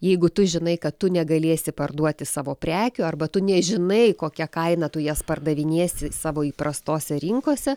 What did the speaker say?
jeigu tu žinai kad tu negalėsi parduoti savo prekių arba tu nežinai kokia kaina tu jas pardavinėsi savo įprastose rinkose